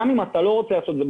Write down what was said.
גם אם אתה לא רוצה לעשות את זה,